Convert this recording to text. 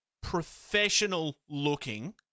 professional-looking